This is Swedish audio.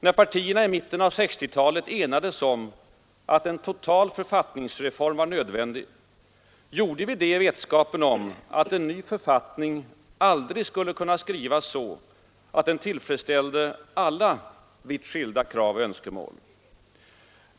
När partierna i mitten av 1960-talet enades om att en total författningsreform var nödvändig gjorde vi det i vetskapen om att en ny författning aldrig skulle kunna skrivas så att den tillfredsställde alla vitt skilda krav och önskemål.